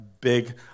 big